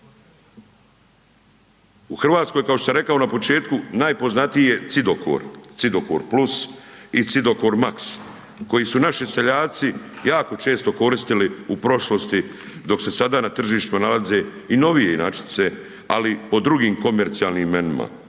U RH kao što sam rekao na početku, najpoznatiji je cidokor, cidokor + i cidokor max koji su naši seljaci jako često koristili u prošlosti, dok se sada na tržištima nalaze i novije inačice, ali pod drugim komercijalnim imenima.